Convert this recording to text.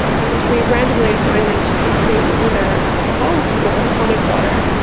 and we randomly assigned them to consume either alcohol or tonic water.